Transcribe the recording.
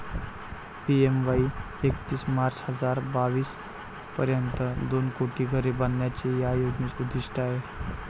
PMAY एकतीस मार्च हजार बावीस पर्यंत दोन कोटी घरे बांधण्याचे या योजनेचे उद्दिष्ट आहे